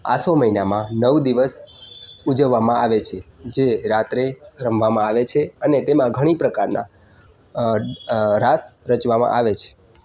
આસો મહિનામાં નવ દિવસ ઉજવવામાં આવે છે જે રાત્રે રમવામાં આવે છે અને તેમાં ઘણી પ્રકારના રાસ રચવામાં આવે છે